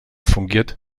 fungiert